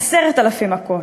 עשרת-אלפים מכות.